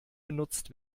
benutzt